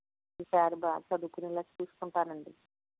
ఈ సారి బాగా చదువుకునేలా చూస్కుంటానండి